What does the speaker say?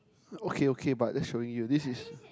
okay okay but just showing you this is